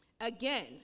Again